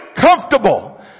comfortable